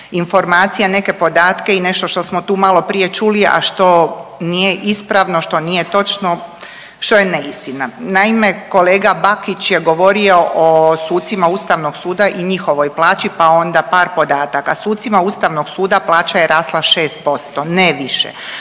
informacije, neke podatke i nešto što smo tu malo prije čuli, a što nije ispravno, što nije točno, što je neistina. Naime, kolega Bakić je govorio o sucima Ustavnog suda i njihovoj plaći pa onda par podataka. Sucima Ustavnog suda plaća je rasla 6%, ne više.